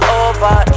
over